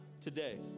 today